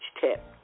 tip